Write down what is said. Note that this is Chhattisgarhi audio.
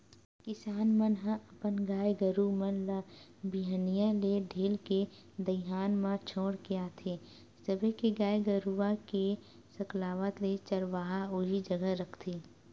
किसान मन ह अपन गाय गरु मन ल बिहनिया ले ढील के दईहान म छोड़ के आथे सबे के गाय गरुवा के सकलावत ले चरवाहा उही जघा रखथे